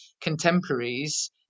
contemporaries